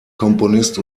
komponist